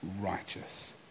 righteous